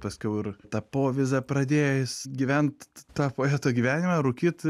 paskiau ir tą povyzą pradėjo jis gyvent tą poeto gyvenimą rūkyt